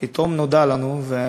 פתאום נודע לנו,